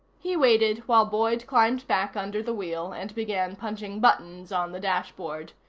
he waited while boyd climbed back under the wheel and began punching buttons on the dashboard.